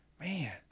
Man